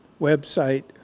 website